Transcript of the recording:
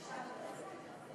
הצעת החוק לא